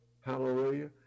Hallelujah